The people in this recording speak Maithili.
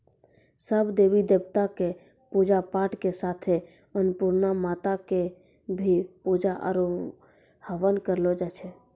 सब देवी देवता कॅ पुजा पाठ के साथे अन्नपुर्णा माता कॅ भी पुजा आरो हवन करलो जाय छै